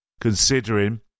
considering